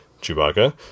Chewbacca